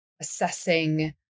assessing